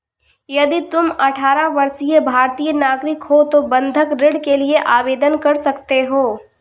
यदि तुम अठारह वर्षीय भारतीय नागरिक हो तो बंधक ऋण के लिए आवेदन कर सकते हो